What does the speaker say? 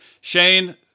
Shane